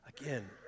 again